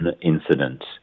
incident